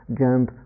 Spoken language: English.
jump